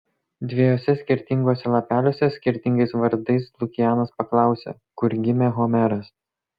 dviejuose skirtinguose lapeliuose skirtingais vardais lukianas paklausė kur gimė homeras